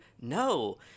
No